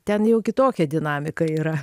ten jau kitokia dinamika yra